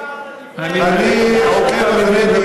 אני,